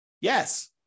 Yes